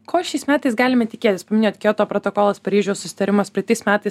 ko šiais metais galime tikėtis paminėti kioto protokolas paryžiaus susitarimas praeitais metais